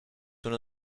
uno